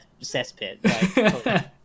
cesspit